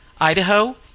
Idaho